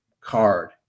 card